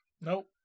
Nope